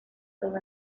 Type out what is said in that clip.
todo